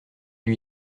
lui